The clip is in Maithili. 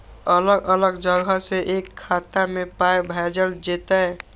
अलग अलग जगह से एक खाता मे पाय भैजल जेततै?